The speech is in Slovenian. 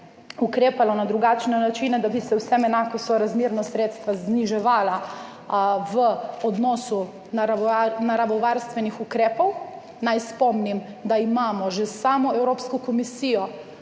ukrepalo na drugačne načine, da bi se vsem enako, sorazmerno zniževala sredstva v odnosu naravovarstvenih ukrepov, naj spomnim, da imamo že s samo Evropsko komisijo